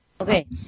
Okay